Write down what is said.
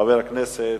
חבר הכנסת